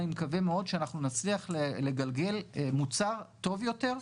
אני מקווה מאוד שאנחנו נצליח לגלגל מוצר טוב יותר,